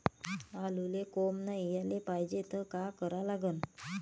आलूले कोंब नाई याले पायजे त का करा लागन?